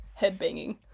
headbanging